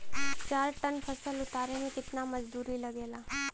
चार टन फसल उतारे में कितना मजदूरी लागेला?